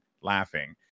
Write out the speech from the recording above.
laughing